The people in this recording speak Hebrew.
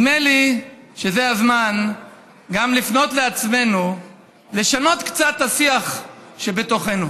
נדמה לי שזה הזמן גם לפנות לעצמנו ולשנות קצת את השיח שבתוכנו.